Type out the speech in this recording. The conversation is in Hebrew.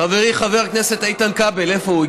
חברי חבר הכנסת איתן כבל, איפה הוא?